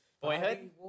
Boyhood